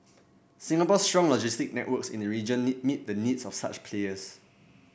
Singapore's strong logistic networks in the region need meet the needs of such players